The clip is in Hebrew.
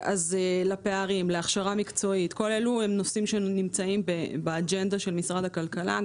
הפערים וההכשרה המקצועית הם נושאים שנמצאים באג'נדה של משרד הכלכלה.